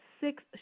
six